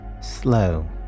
slow